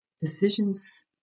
decisions